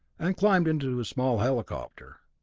and climbed into his small helicopter.